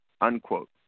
Unquote